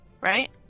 right